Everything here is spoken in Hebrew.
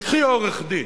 תיקחי עורך-דין,